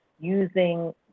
using